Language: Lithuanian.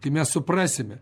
tai mes suprasime